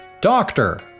doctor